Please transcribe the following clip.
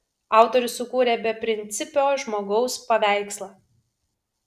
autorius sukūrė beprincipio žmogaus paveikslą